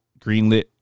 greenlit